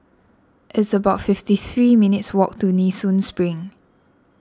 it's about fifty three minutes' walk to Nee Soon Spring